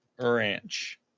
ranch